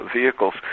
vehicles